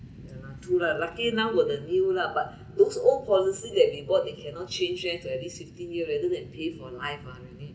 ya lah true lah lucky now were the new lah but those old policy that we bought they cannot change it to at least fifteen year rather than pay for life ah already